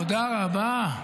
תודה רבה.